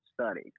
study